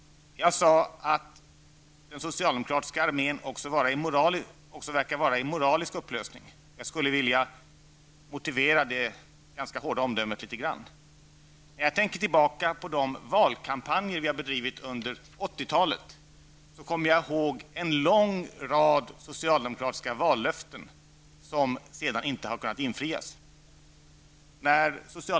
Jag sade att den socialdemokratiska armén också verkar vara i moralisk upplösning. Jag skulle vilja motivera det ganska hårda omdömet litet grand. När jag tänker tillbaka på de valkampanjer vi har bedrivit under 80-talet kommer jag ihåg en lång rad socialdemokratiska vallöften som sedan inte har kunnat infrias.